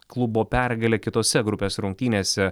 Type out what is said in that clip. klubo pergalė kitose grupės rungtynėse